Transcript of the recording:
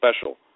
special